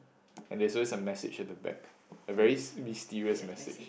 and there's always a message at the back a very mysterious message